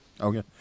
Okay